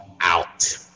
out